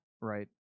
right